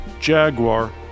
Jaguar